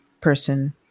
person